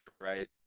right